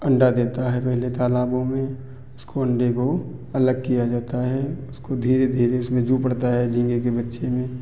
अंडा देता है पहले तालाबों में उसको अंडे को अलग किया जाता है उसको धीरे धीरे उसमें जो पड़ता है झींगे के बच्चे में